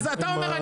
אז אתה אומר,